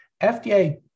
FDA